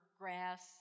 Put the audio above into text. grass